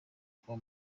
kuba